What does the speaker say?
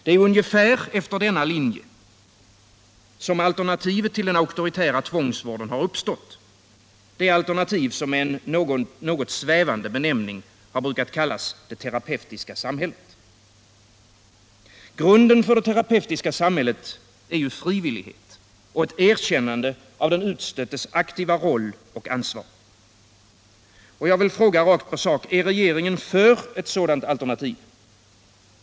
Det är ungefär efter denna linje som alternativet till den auktoritära tvångsvården har uppstått — det alternativ som med en något svävande benämning har brukat kallas det terapeutiska samhället. Grunden för det terapeutiska samhället är ju frivillighet och ett erkännande av den utstöttes aktiva roll och ansvar. Jag vill fråga rakt på sak: Är regeringen för ett sådant alternativ?